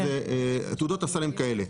אז תעודות הסל הן כאלה.